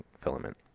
filament